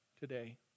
today